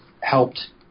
helped